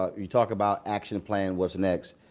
ah you talked about action plan, what's next.